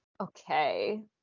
Okay